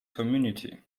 community